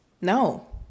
No